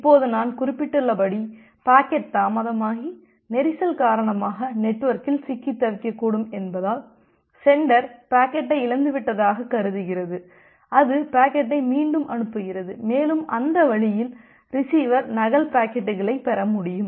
இப்போது நான் குறிப்பிட்டுள்ளபடி பாக்கெட் தாமதமாகி நெரிசல் காரணமாக நெட்வொர்க்கில் சிக்கித் தவிக்கக்கூடும் என்பதால் சென்டர் பாக்கெட் இழந்துவிட்டதாகக் கருதுகிறது அது பாக்கெட்டை மீண்டும் அனுப்புகிறது மேலும் அந்த வழியில் ரிசீவர் நகல் பாக்கெட்டுகளைப் பெற முடியும்